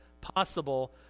possible